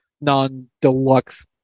non-deluxe